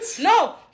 No